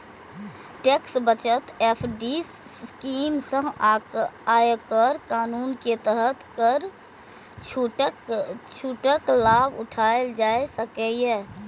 tax बचत FD scheme सं आयकर कानून के तहत कर छूटक लाभ उठाएल जा सकैए